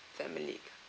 family